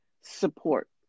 support